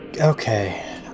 okay